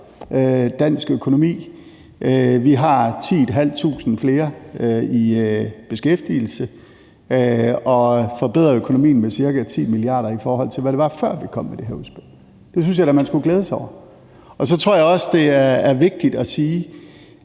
dansk økonomi. Vi har 10.500 flere i beskæftigelse og forbedrer økonomien med ca. 10 mia. kr., i forhold til hvad det var, før vi kom med det her udspil. Det synes jeg da man skulle glæde sig over. Så tror jeg også, det er vigtigt at sige,